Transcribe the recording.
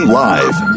live